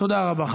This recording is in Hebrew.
תודה רבה.